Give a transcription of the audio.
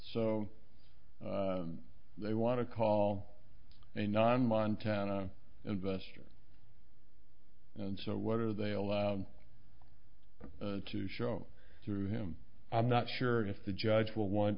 so they want to call a non montana investor and so what are they allowed to show through him i'm not sure if the judge will want